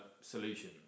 solution